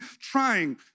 trying